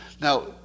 Now